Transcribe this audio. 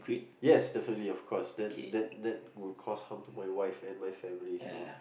yes definitely of course that that that would cause harm to my wife and my family so